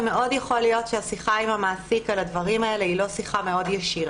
שמאוד יכול להיות שהשיחה עם המעסיק על הדברים האלה היא לא שיחה ישירה,